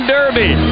Derby